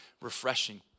refreshing